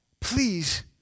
please